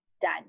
done